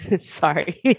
Sorry